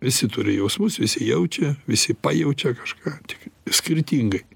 visi turi jausmus visi jaučia visi pajaučia kažką tik skirtingai